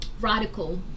radical